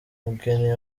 mugeni